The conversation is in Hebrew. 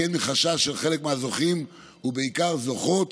וכן מחשש של חלק מהזוכים, ובעיקר זוכות,